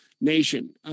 nation